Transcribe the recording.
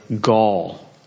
gall